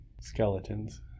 Skeletons